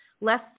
less